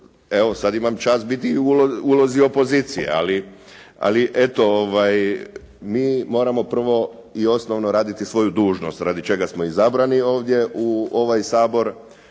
sad imam čast biti u ulozi opozicije. Ali eto, mi moramo prvo i osnovno raditi svoju dužnost radi čega smo izabrani ovdje u ovaj Sabor.